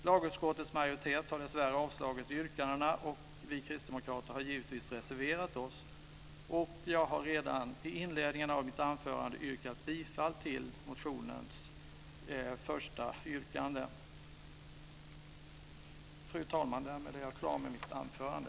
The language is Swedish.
Lagutskottets majoritet har dessvärre avstyrkt yrkandena. Vi kristdemokrater har givetvis reserverat oss. Jag har redan i inledningen av mitt anförande yrkat bifall till reservation 1. Fru talman! Därmed är jag klar med mitt anförande.